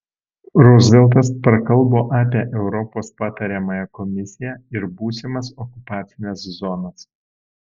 ruzveltas prakalbo apie europos patariamąją komisiją ir būsimas okupacines zonas